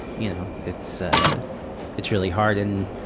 you know. it's ah it's really hard. and